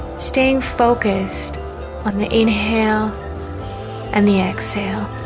staying focused on the inhale and the exhale